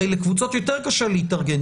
הרי לקבוצות יותר קשה להתארגן,